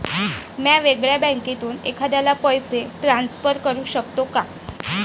म्या वेगळ्या बँकेतून एखाद्याला पैसे ट्रान्सफर करू शकतो का?